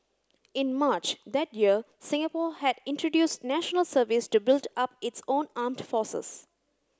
in March that year Singapore had introduced National Service to build up its own armed forces